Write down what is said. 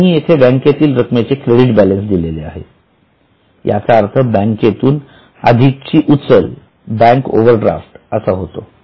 त्यांनी येथे बँकेतील रक्कमेचे क्रेडिट बॅलन्स दिलेले आहे याचा अर्थ बँकेतून अधिकची उचल बँक ओव्हर ड्राफ्ट असा होतो